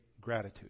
gratitude